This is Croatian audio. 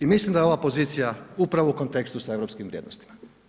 I mislim da je ova pozicija upravo u kontekstu sa europskim vrijednostima.